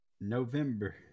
November